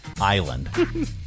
Island